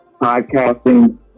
podcasting